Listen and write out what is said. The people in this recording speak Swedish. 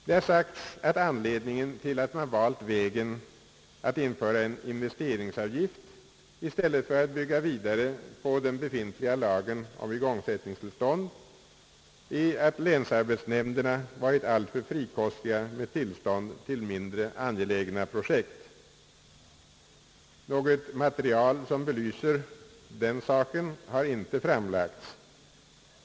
Det har sagts, att anledningen till att man valt vägen att införa en investeringsavgift i stället för att bygga vidare på den befintliga lagen om igångsättningstillstånd är att länsarbetsnämnderna varit alltför frikostiga med tillstånd till mindre angelägna projekt. Något material som belyser detta har inte framlagts.